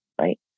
right